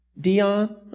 Dion